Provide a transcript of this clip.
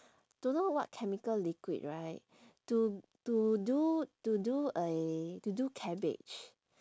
don't know what chemical liquid right to to do to do a to do cabbage